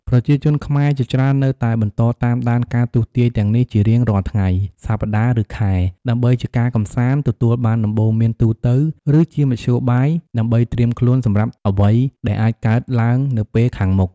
ប្រជាជនខ្មែរជាច្រើននៅតែបន្តតាមដានការទស្សន៍ទាយទាំងនេះជារៀងរាល់ថ្ងៃ សប្តាហ៍ ឬខែ ដើម្បីជាការកម្សាន្ត ទទួលបានដំបូន្មានទូទៅ ឬជាមធ្យោបាយដើម្បីត្រៀមខ្លួនសម្រាប់អ្វីដែលអាចកើតឡើងនៅពេលខាងមុខ។